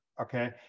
Okay